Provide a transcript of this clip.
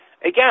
again